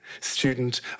student